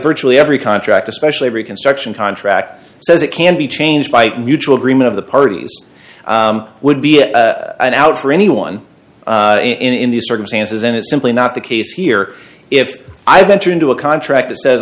virtually every contract especially reconstruction contract says it can be changed by mutual agreement of the parties would be in and out for anyone in these circumstances and it's simply not the case here if i venture into a contract that says